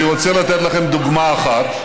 אנחנו נדון בכל ההיבטים של